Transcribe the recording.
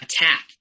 attack